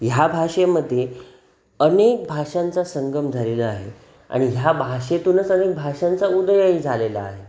ह्या भाषेमध्ये अनेक भाषांचा संगम झालेला आहे आणि ह्या भाषेतूनच अनेक भाषांचा उदयही झालेला आहे